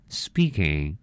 speaking